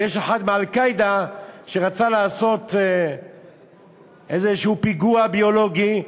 ויש אחד מ"אל-קאעידה" שרצה לעשות איזה פיגוע ביולוגי,